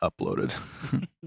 uploaded